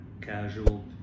casual